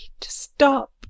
stop